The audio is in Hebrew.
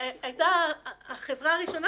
החברה הראשונה